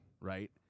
Right